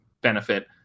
benefit